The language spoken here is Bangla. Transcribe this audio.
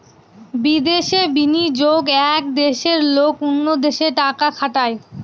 বিদেশে বিনিয়োগ এক দেশের লোক অন্য দেশে টাকা খাটায়